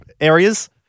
areas